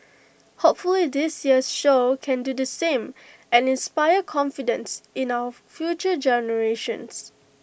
hopefully this year's show can do the same and inspire confidence in our future generations